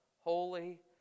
Holy